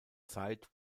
zeit